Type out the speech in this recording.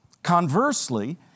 Conversely